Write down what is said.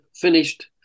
finished